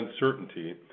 uncertainty